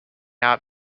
out